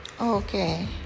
okay